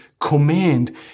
command